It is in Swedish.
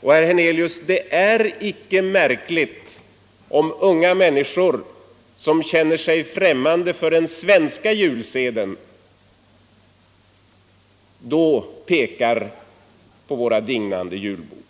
Och, herr Hernelius, det är icke märkligt om unga Torsdagen den människor som känner sig främmande för den svenska julseden pekar — 12 december 1974 på våra dignande julbord.